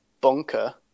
bunker